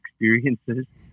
experiences